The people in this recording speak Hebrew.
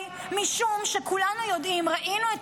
משום שכולנו יודעים, ראינו את